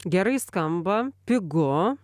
gerai skamba pigu